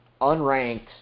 unranked